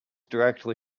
directly